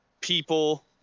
people